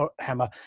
Hammer